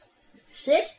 Sit